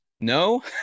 No